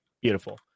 Beautiful